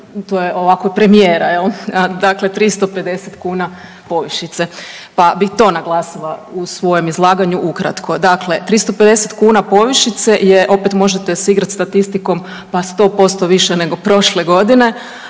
tu je ovako premijera jel, dakle 350 kuna povišice, pa bih to naglasila u svojem izlaganju ukratko. Dakle, 350 kuna povišice je opet možete se igrati statistikom pa 100% više nego prošle godine